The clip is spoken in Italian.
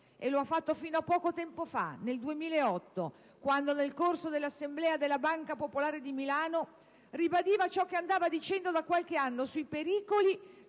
E lo ha fatto fino a poco tempo fa, nel 2008, quando, nel corso dell'assemblea della Banca Popolare di Milano ribadiva ciò che andava dicendo da qualche anno sui pericoli